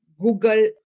google